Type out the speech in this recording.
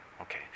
okay